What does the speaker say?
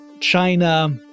China